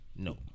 No